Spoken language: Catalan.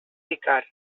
ficar